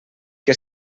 que